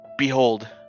Behold